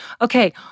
Okay